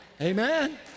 amen